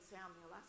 Samuel